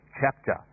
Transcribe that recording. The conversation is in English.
chapter